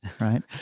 right